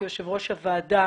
כיושב-ראש הוועדה,